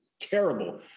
terrible